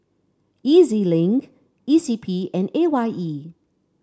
E Z Link E C P and A Y E